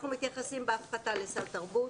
בהפחתה אנחנו מתייחסים לסל תרבות,